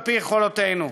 על-פי יכולותינו.